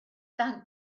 thank